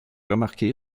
remarquées